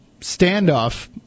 standoff